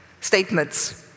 statements